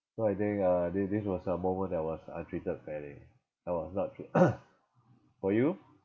so I think uh this this was a moment that I was untreated fairly I was not tr~ for you